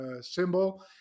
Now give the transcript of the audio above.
symbol